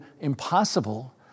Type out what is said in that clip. impossible